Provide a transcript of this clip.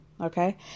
Okay